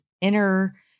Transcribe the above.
inner